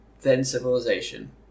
then-civilization